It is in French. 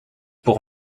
pour